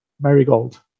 Marigold